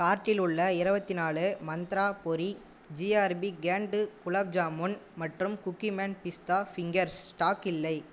கார்ட்டில் உள்ள இருவத்தி நாலு மந்த்ரா பொரி ஜிஆர்பி கேன்டு குலாப் ஜாமுன் மற்றும் குக்கீமேன் பிஸ்தா ஃபிங்கர்ஸ் ஸ்டாக் இல்லை